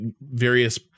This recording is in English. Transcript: various